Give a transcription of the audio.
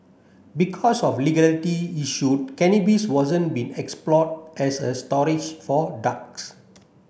because of legality issue cannabis wasn't being explored as a storage for drugs